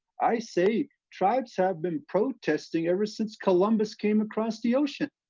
i say, tribes have been protesting ever since columbus came across the ocean!